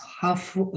half